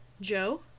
Joe